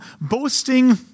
boasting